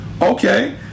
Okay